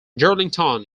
darlington